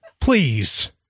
please